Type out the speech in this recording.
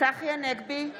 צחי הנגבי,